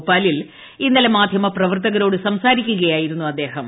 ഭോപ്പാലിൽ ഇന്നലെ മാധ്യമ പ്രവർത്തകരോട് സംസാരിക്കുകയായിരുന്നു അദ്ദേഹം